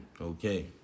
Okay